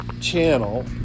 channel